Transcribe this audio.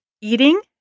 eating